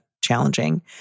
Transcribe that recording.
challenging